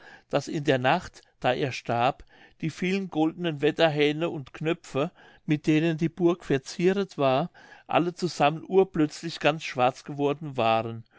daß in der nacht da er starb die vielen goldene wetterhähne und knöpfe mit denen die burg verzieret war alle zusammen urplötzlich ganz schwarz geworden waren